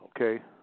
okay